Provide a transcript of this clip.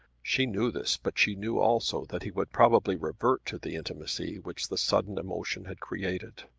she knew this but she knew also that he would probably revert to the intimacy which the sudden emotion had created.